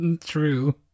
True